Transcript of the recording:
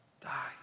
die